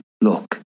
Look